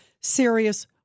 serious